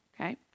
Okay